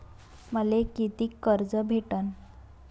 मले कितीक कर्ज भेटन?